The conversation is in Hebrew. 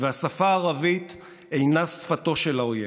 והשפה הערבית אינה שפתו של האויב.